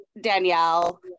Danielle